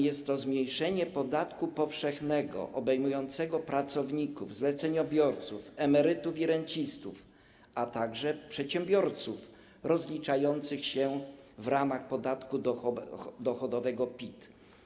Jest to zmniejszenie podatku powszechnego obejmującego pracowników, zleceniobiorców, emerytów i rencistów, a także przedsiębiorców rozliczających się w ramach podatku dochodowego PIT.